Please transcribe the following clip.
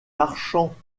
marchands